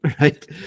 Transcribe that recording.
right